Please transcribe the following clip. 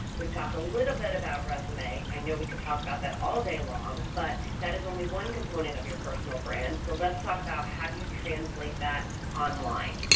we've talked a little bit about resume, i know we could talk about that all day long, but that is only one component of your personal brand so let's talk about how do you translate that online.